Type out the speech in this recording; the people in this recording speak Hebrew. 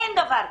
אין דבר כזה.